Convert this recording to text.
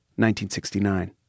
1969